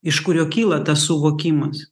iš kurio kyla tas suvokimas